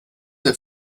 der